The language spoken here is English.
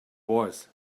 was